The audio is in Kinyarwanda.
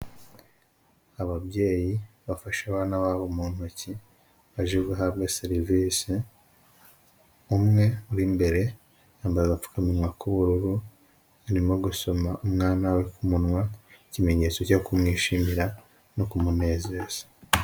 Ababyeyi bafashe abana babo mu ntoki, baje guhabwa serivise. Umwe uri imbere, yambaye apfukamunwa k'ubururu, arimo gusoma umwana we ku munwa, ikimenyetso cyo kumwishimira no kumunezeza.